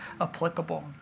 applicable